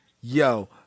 yo